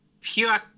Pure